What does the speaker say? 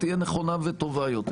תהיה נכונה וטובה יותר.